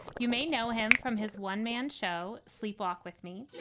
you may know him from his one-man show, sleepwalk with me.